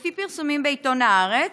לפי פרסומים בעיתון הארץ,